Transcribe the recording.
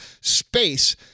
space